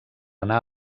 anar